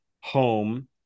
home